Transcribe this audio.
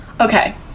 Okay